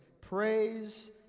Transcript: praise